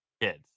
kids